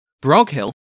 Broghill